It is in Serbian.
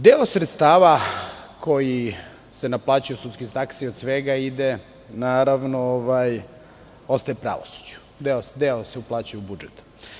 Deo sredstava koji se naplaćuje od sudskih taksi i od svega ostaje pravosuđu, deo se uplaćuje u budžet.